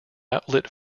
outlet